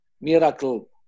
miracle